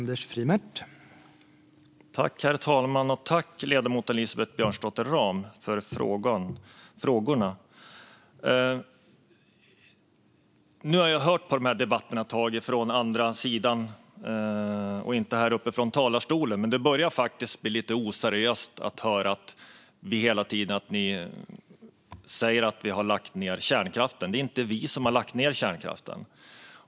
Herr talman! Tack, ledamoten Elisabeth Björnsdotter Rahm, för frågorna! Jag har hört på dessa debatter ett tag från andra sidan, inte här uppe från talarstolen. Det börjar faktiskt bli lite oseriöst. Ni säger hela tiden att vi har lagt ned kärnkraften. Det är inte vi som har lagt ned kärnkraften.